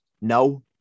No